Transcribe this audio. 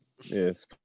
Yes